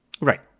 Right